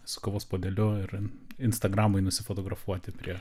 su kavos puodeliu ir instagramui nusifotografuoti prie